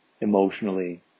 emotionally